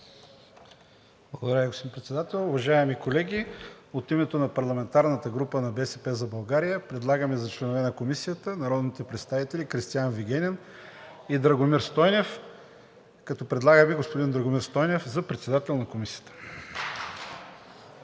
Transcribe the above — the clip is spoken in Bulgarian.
Благодаря Ви, господин Председател. Уважаеми колеги! От името на парламентарната група на „БСП за България“ предлагам за членове на Комисията народните представители Кристиан Вигенин и Драгомир Стойнев, като предлагаме господин Драгомир Стойнев за председател на Комисията.